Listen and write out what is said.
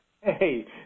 Hey